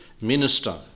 minister